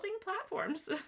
platforms